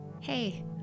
Hey